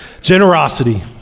generosity